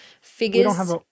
figures